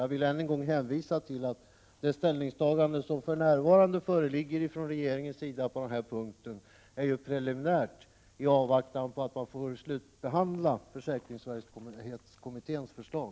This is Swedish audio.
Jag vill än en gång hänvisa till att det ställningstagande som för närvarande föreligger från regeringen på den här punkten är preliminärt i avvaktan på en slutbehandling av försäkringsverksamhetskommitténs förslag.